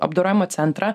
apdorojimo centrą